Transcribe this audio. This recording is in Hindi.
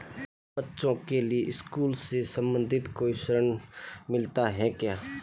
बच्चों के लिए स्कूल से संबंधित कोई ऋण मिलता है क्या?